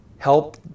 Help